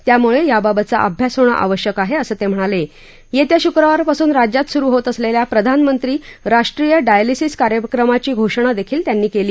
त्यामुळ विवाबतचा अभ्यास होणं आवश्यक आहा असं तम्हिणाला अस्या शुक्रवारपासून राज्यात सुरु होत असलल्खा प्रधानमंत्री राष्ट्रीय डायलिसिस कार्यक्रमाची घोषणा दखील त्यांनी कली